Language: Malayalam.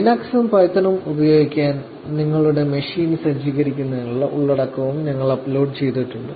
ലിനക്സും പൈത്തണും ഉപയോഗിക്കാൻ നിങ്ങളുടെ മെഷീൻ സജ്ജീകരിക്കുന്നതിനുള്ള ഉള്ളടക്കവും ഞങ്ങൾ അപ്ലോഡ് ചെയ്തിട്ടുണ്ട്